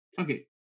Okay